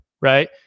right